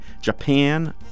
Japan